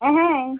হ্যাঁ